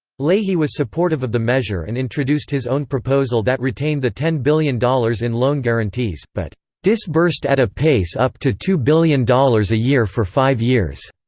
leahy was supportive of the measure and introduced his own proposal that retained the ten billion dollars in loan guarantees, but disbursed at a pace up to two billion dollars a year for five years.